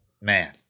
man –